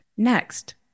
Next